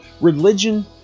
religion